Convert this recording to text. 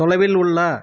தொலைவில் உள்ள